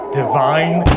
divine